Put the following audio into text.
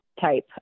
type